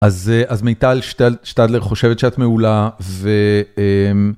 אז מיטל שטדלר חושבת שאת מעולה ו...